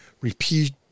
repeat